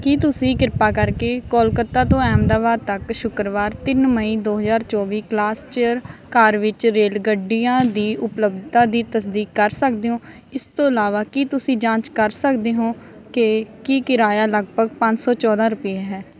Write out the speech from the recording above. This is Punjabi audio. ਕੀ ਤੁਸੀਂ ਕਿਰਪਾ ਕਰਕੇ ਕੋਲਕਾਤਾ ਤੋਂ ਅਹਿਮਦਾਬਾਦ ਤੱਕ ਸ਼ੁੱਕਰਵਾਰ ਤਿੰਨ ਮਈ ਦੋ ਹਜ਼ਾਰ ਚੌਵੀ ਕਲਾਸ ਚੇਅਰ ਕਾਰ ਵਿੱਚ ਰੇਲ ਗੱਡੀਆਂ ਦੀ ਉਪਲੱਬਧਤਾ ਦੀ ਤਸਦੀਕ ਕਰ ਸਕਦੇ ਹੋ ਇਸ ਤੋਂ ਇਲਾਵਾ ਕੀ ਤੁਸੀਂ ਜਾਂਚ ਕਰ ਸਕਦੇ ਹੋ ਕਿ ਕੀ ਕਿਰਾਇਆ ਲਗਭਗ ਪੰਜ ਸੌ ਚੌਦਾਂ ਰੁਪਏ ਹੈ